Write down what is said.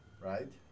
right